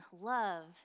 love